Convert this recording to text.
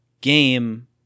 game